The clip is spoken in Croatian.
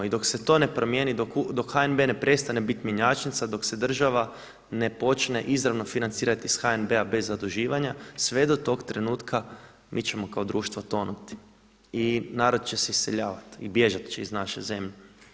I dok se to ne promijeni, dok HNB ne prestane biti mjenjačnica, dok se država ne počne izravno financirati iz HNB-a bez zaduživanja, sve do tog trenutka mi ćemo kao društvo tonuti i narod će se iseljavati i bježati će iz naše zemlje.